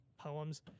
poems